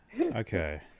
Okay